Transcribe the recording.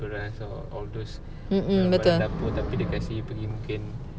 beras all those barang dapur tapi dia kasih pergi mungkin